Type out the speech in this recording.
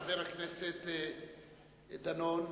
חבר הכנסת דנון,